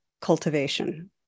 cultivation